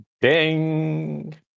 Ding